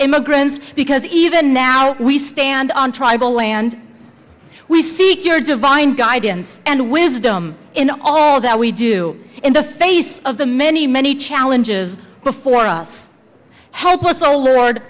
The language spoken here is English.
immigrants because even now we stand on tribal land we seek your divine guidance and wisdom in all that we do in the face of the many many challenges before us help us our lord